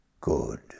Good